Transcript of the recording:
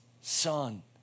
son